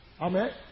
Amen